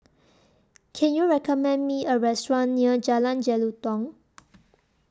Can YOU recommend Me A Restaurant near Jalan Jelutong